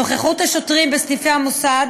נוכחות השוטרים בסניפי המוסד